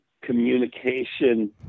communication